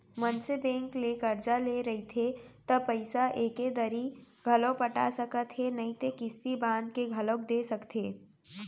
मनसे बेंक ले करजा ले रहिथे त पइसा एके दरी घलौ पटा सकत हे नइते किस्ती बांध के घलोक दे सकथे